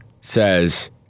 says